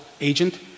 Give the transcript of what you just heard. agent